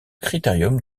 critérium